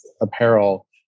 apparel